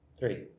three